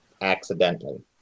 accidentally